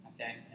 okay